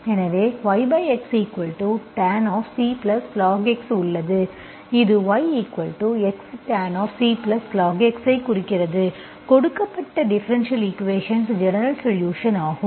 எனவே yxtan⁡Clogx உள்ளது இது yxtan⁡Clogx ஐ குறிக்கிறது கொடுக்கப்பட்ட டிஃபரென்ஷியல் ஈக்குவேஷன்ஸ் ஜெனரல்சொலுஷன் ஆகும்